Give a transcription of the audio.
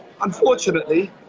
Unfortunately